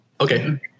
Okay